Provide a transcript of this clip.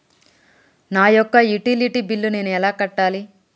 నా యొక్క utility bill నేను ఎలా కట్టాలి?